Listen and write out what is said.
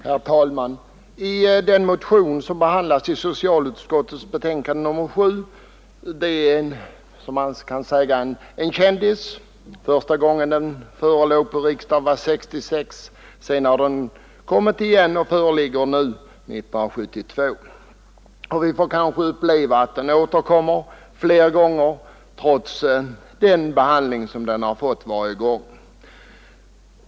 Herr talman! Den motion som behandlas i socialutskottets betänkande nr 7 är, kan man säga, en kändis. Första gången den förelåg till behandling i riksdagen var 1966. Sedan har den kommit igen, och den föreligger nu, 1972. Vi får kanske uppleva att den återkommer fler gånger trots den behandling som den har rönt varje gång.